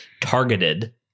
targeted